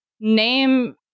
name